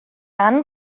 ann